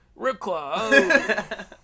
Ripclaw